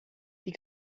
die